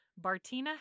Bartina